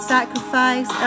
Sacrifice